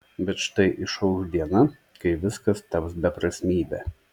bet štai išauš diena kai viskas taps beprasmybe